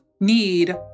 need